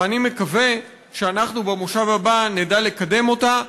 ואני מקווה שבמושב הבא נדע לקדם אותה.